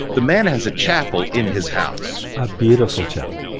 the man has a chapel in his house, a beautiful chapel,